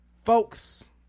Folks